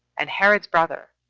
and herod's brother,